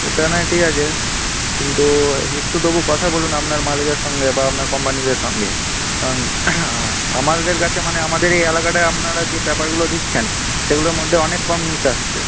সেটা নয় ঠিক আছে কিন্তু একটু তবু কথা বলুন আপনার মালিকের সঙ্গে বা আপনার কোম্পানিদের সঙ্গে কারণ আমাদের কাছে মানে আমারদের এই এলাকাটায় আপনারা যে পেপারগুলো দিচ্ছেন সেগুলোর মধ্যে অনেক কম নিউজ আসছে